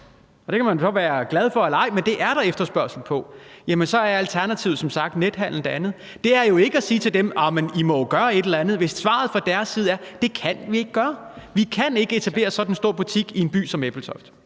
det kan man så være glad for eller ej, men det er der efterspørgsel på, jamen så er alternativet som sagt nethandel som det andet. Det er jo ikke at sige til dem, at de må gøre et eller andet, hvis svaret fra deres side er: Det kan vi ikke gøre. Vi kan ikke etablere sådan en stor butik i en by som Ebeltoft.